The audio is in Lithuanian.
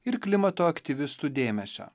ir klimato aktyvistų dėmesio